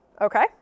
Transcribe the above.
okay